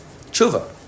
tshuva